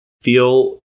feel